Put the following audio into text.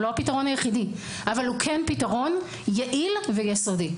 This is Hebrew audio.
הוא לא הפתרון היחידי אבל הוא כן פתרון יעיל ויסודי.